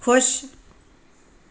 ਖੁਸ਼